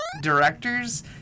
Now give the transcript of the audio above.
directors